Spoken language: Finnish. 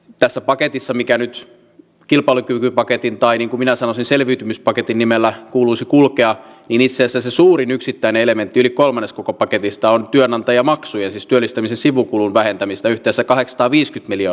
tässä paketissa mikä nyt kilpailukykypaketin tai niin minä sofiselviytymispaketin nimellä kuuluisi kulkea nimisessä suurin yksittäinen elementti eli kolmannes koko paketista on työnantajamaksujen siis työllistämisen sivukulujen vähentämistä yhteensä aiksta viiskytneljä